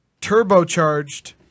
Turbocharged